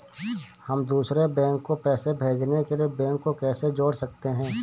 हम दूसरे बैंक को पैसे भेजने के लिए बैंक को कैसे जोड़ सकते हैं?